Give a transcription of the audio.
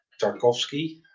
Tarkovsky